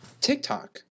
TikTok